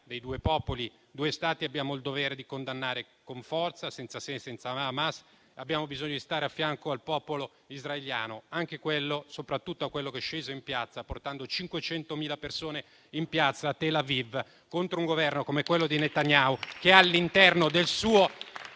dei "due popoli, due Stati", abbiamo il dovere di condannare con forza, senza se e senza ma, Hamas. Abbiamo bisogno di stare a fianco del popolo israeliano, soprattutto a quello che è sceso portando 500.000 persone in piazza a Tel Aviv, contro un Governo, quello di Netanyahu, che all'interno della sua